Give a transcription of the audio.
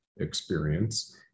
experience